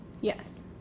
Yes